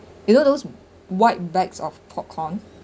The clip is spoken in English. you know those white bags of popcorn